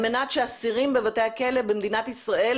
על מנת שאסירים בבתי הכלא במדינת ישראל